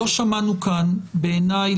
לא שמענו כאן בעיניי,